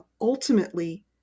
ultimately